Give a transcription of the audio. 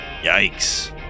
Yikes